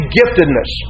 giftedness